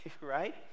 right